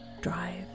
drive